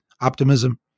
optimism